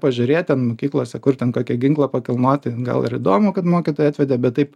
pažiūrėt ten mokyklose kur ten kokį ginklą pakilnoti gal ir įdomu kad mokytojai atvedė bet taip